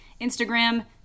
Instagram